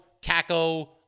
Kako